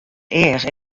each